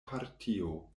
partio